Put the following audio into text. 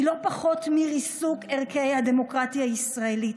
היא לא פחות מריסוק ערכי הדמוקרטיה הישראלית,